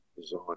design